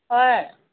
ꯍꯣꯏ